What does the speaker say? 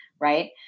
Right